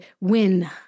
win